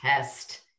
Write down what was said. test